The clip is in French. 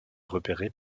repérée